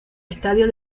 estadio